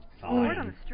Fine